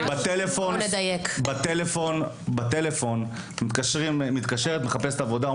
שמתקשרת מישהי בטלפון ומחפשת עבודה,